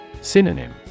Synonym